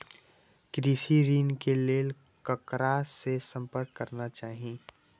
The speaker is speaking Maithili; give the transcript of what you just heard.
कृषि ऋण के लेल ककरा से संपर्क करना चाही?